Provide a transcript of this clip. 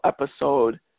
episode –